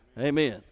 Amen